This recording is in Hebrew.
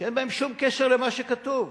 שאין בהם שום קשר למה שכתוב.